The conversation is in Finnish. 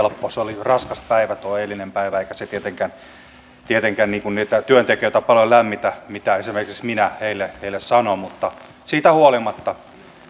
se oli raskas päivä tuo eilinen päivä eikä se tietenkään niitä työntekijöitä paljon lämmitä mitä esimerkiksi minä heille sanon mutta siitä huolimatta